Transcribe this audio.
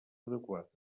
adequades